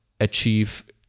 achieve